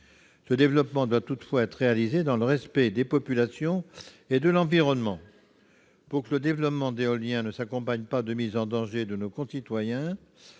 Ce développement doit toutefois être réalisé dans le respect des populations et de l'environnement. Pour que le développement de l'éolien ne s'accompagne pas de mise en danger de nos concitoyens,